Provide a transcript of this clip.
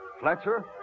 Fletcher